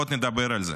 ועוד נדבר על זה.